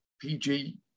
PG